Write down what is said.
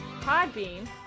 Podbean